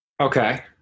Okay